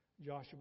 Joshua